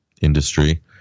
industry